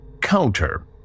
counter